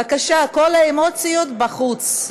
בבקשה, כל האמוציות בחוץ.